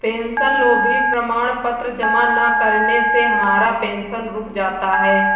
पेंशनभोगी प्रमाण पत्र जमा न करने से हमारा पेंशन रुक जाता है